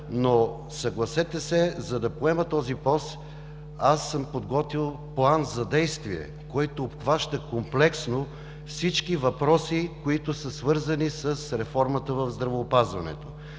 но съгласете се, за да поема този пост, аз съм подготвил план за действие, който обхваща комплексно всички въпроси, свързани с реформата в здравеопазването.